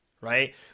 right